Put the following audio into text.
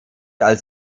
als